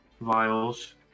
vials